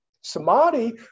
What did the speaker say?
Samadhi